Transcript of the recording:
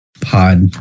pod